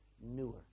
newer